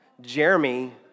Jeremy